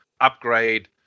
upgrade